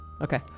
Okay